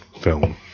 film